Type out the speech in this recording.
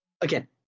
again